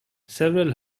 several